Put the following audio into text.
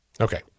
Okay